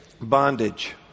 bondage